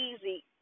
easy